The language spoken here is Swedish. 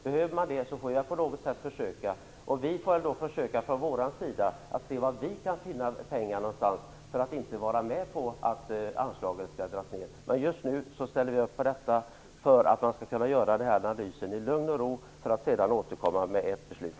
Behöver man det får vi på något sätt försöka se var vi kan finna pengar någonstans, så att vi slipper vara med på att anslagen skall dras ned. Men just nu ställer vi upp på detta, för att man skall kunna göra analysen i lugn och ro. Sedan får vi återkomma med ett beslut.